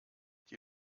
die